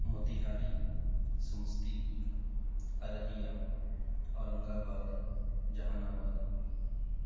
متہاری Samastipur Araria Aurangabad جہان آباد